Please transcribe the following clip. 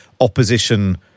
opposition